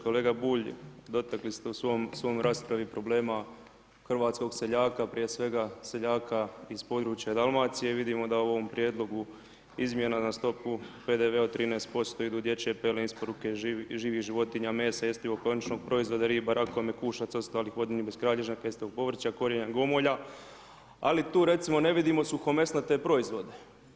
Kolega Bulj, dotakli ste se u svojoj raspravi problema hrvatskog seljaka, prije svega seljaka iz područja Dalmacije, vidimo da u ovom prijedlogu izmjena na stupu PDV-a od 13% idu dječje pelene, isporuke živih životinja, mesa, jestivog ... proizvoda, riba, rakova, mekušaca, ostalih vodenih beskralježnjaka, ... povrća, korijenja, gomolja, ali tu recimo ne vidimo suhomesnate proizvode.